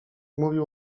mówił